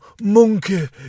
Monkey